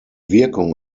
wirkung